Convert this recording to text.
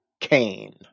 Cain